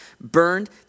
burned